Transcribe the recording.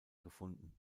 gefunden